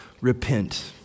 Repent